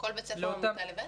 כל בית ספר הוא עמותה לבד,